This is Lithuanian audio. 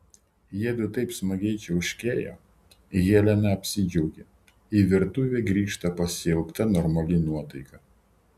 jiedu taip smagiai čiauškėjo helena apsidžiaugė į virtuvę grįžta pasiilgta normali nuotaika